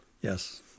Yes